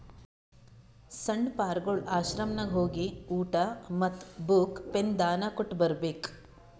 ಸಣ್ಣು ಪಾರ್ಗೊಳ್ ಆಶ್ರಮನಾಗ್ ಹೋಗಿ ಊಟಾ ಮತ್ತ ಬುಕ್, ಪೆನ್ ದಾನಾ ಕೊಟ್ಟ್ ಬರ್ಬೇಕ್